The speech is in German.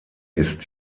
ist